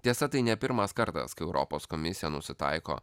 tiesa tai ne pirmas kartas kai europos komisija nusitaiko